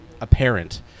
apparent